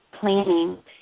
planning